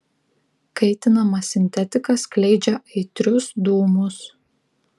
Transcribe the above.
kaitinama sintetika skleidžia aitrius dūmus